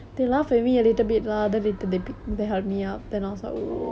oh my god that was so embarrassing did you get hurt